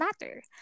matter